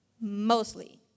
mostly